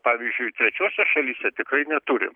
pavyzdžiui trečiose šalyse tikrai neturim